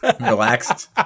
relaxed